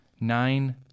nine